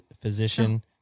physician